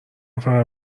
فقط